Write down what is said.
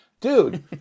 dude